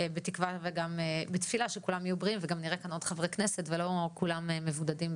בתקווה שגם כולם יהיו בריאים ונראה כאן עוד חברי כנסת ולא כולם מבודדים.